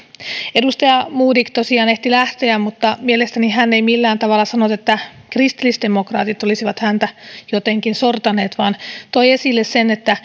edustaja modig tosiaan ehti lähteä mutta mielestäni hän ei millään tavalla sanonut että kristillisdemokraatit olisivat häntä jotenkin sortaneet vaan toi esille sen